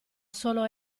solo